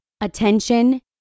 attention